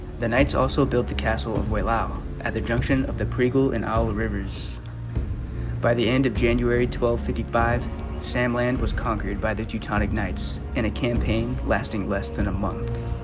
the knights also built the castle of whale owl at the junction of the pre-google and owl rivers by the end of january twelve fifty five sam land was conquered by the teutonic knights in a campaign lasting less than a month